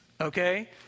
Okay